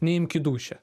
neimk į dušią